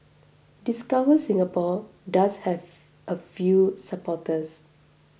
discover Singapore does have a few supporters